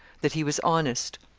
that he was honest.